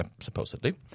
supposedly